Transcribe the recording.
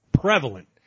prevalent